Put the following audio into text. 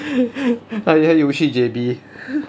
他很像游去 J_B